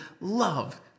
love